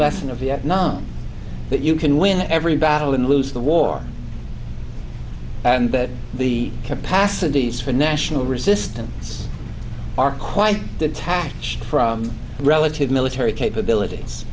lesson of vietnam that you can win every battle and lose the war and the capacities for national resistance are quite detached from relative military capabilities